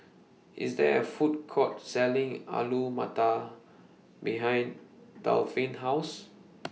IS There A Food Court Selling Alu Matar behind Delphin's House